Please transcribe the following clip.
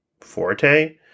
forte